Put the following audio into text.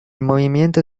movimiento